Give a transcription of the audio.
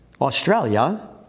Australia